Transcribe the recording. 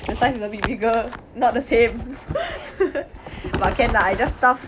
the size is a bit bigger not the same but can lah I just stuff